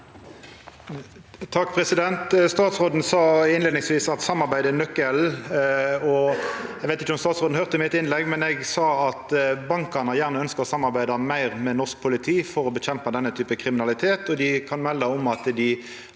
(FrP) Statsråden sa innleiingsvis at samarbeid er nøkkelen. Eg veit ikkje om statsråden høyrde mitt innlegg, men eg sa at bankane gjerne ønskjer å samarbeida meir med norsk politi for å kjempa mot denne typen kriminalitet, og dei kan melda om at dei